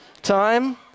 Time